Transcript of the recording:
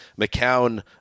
McCown